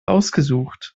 ausgesucht